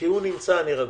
כשהוא נמצא, אני רגוע.